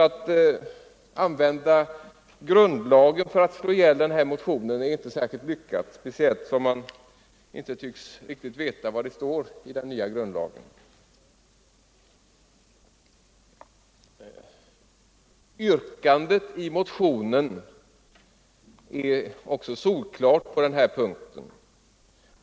Att använda grundlagen för att slå ihjäl motionen är inte särskilt lyckat, speciellt som man inte riktigt tycks veta vad det står i den nya grundlagen. Yrkandet i motionen är också solklart på den här punkten.